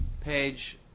page